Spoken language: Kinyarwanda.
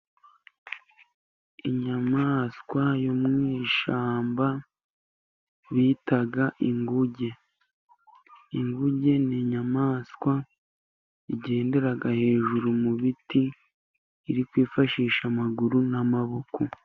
Inyamaswa yo mu ishyamba bita inguge. Inguge ni inyamaswa igendera hejuru mu biti iri kwifashisha amaguru n'amaboko.